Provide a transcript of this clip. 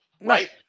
right